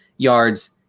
yards